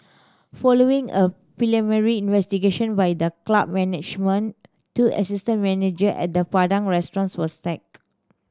following a preliminary investigation by the club management two assistant manager at the Padang Restaurant were sacked